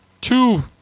two